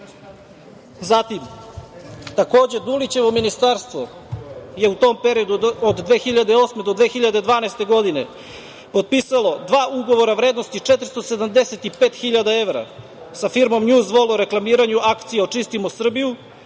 trebalo. Takođe, Dulićevo ministarstvo je u tom periodu od 2008. do 2012. godine potpisalo dva ugovora vrednosti 475 hiljada evra sa firmom "Njuz vol" o reklamiranju akcije „Očistimo Srbiju“